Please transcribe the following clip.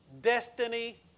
destiny